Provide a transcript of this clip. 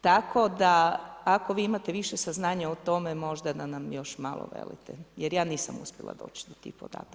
Tako da, ako vi imate više saznanja o tome možda da nam još malo velite jer ja nisam uspjela doći do tih podataka.